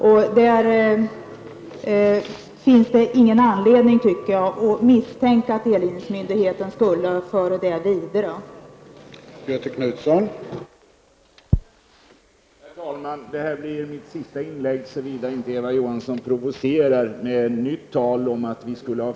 Det finns ingen anledning att misstänka att delgivningsmyndigheten skulle föra ett hemligt telefonnummer vidare.